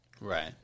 Right